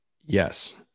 yes